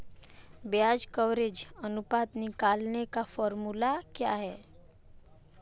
ब्याज कवरेज अनुपात निकालने का फॉर्मूला क्या है?